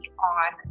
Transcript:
On